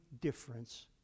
difference